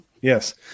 Yes